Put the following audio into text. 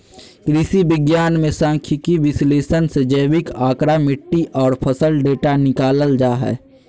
कृषि विज्ञान मे सांख्यिकीय विश्लेषण से जैविक आंकड़ा, मिट्टी आर फसल डेटा निकालल जा हय